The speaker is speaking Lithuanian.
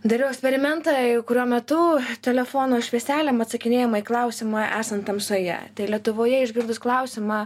dariau eksperimentą ir kurio metu telefono švieselėm atsakinėjama į klausimą esant tamsoje tai lietuvoje išgirdus klausimą